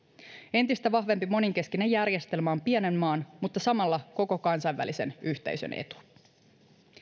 entistä vahvempi monenkeskinen järjestelmä on pienen maan mutta samalla koko kansainvälisen yhteisön etu